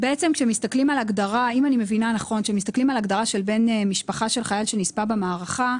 כשמסתכלים על הגדרה של בן משפחה של חייל שנספה במערכה,